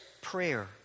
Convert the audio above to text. prayer